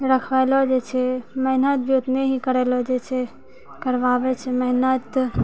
रखेलो जाइ छै मेहनत भी उतने ही करेलो जाइ छै करबाबै छै मेहनत